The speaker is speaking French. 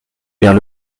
vers